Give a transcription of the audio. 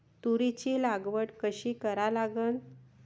तुरीची लागवड कशी करा लागन?